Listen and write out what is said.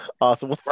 awesome